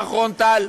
יפתח רון-טל.